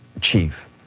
chief